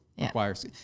requires